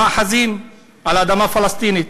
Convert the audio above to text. המאחזים על האדמה הפלסטינית,